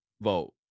vote